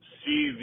see